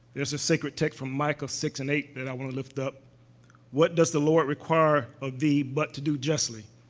there's a sacred text from micah six and eight that i want to lift up what does the lord require of thee but to do justly?